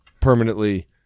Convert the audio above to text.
permanently